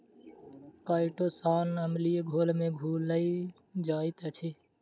chitosan अम्लीय घोल में घुइल जाइत अछि